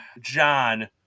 John